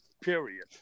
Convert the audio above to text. period